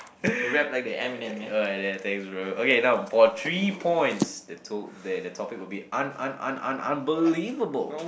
alright then thanks bro okay now for three points the to the the topic will be un~ un~ un~ unbelievable